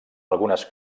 algunes